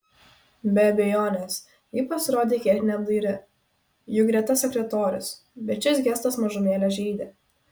be abejonės ji pasirodė kiek neapdairi juk greta sekretorius bet šis gestas mažumėlę žeidė